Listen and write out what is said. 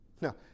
No